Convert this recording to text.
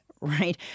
Right